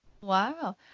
Wow